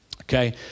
Okay